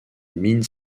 mines